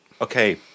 Okay